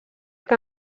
que